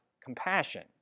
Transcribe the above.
compassion